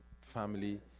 family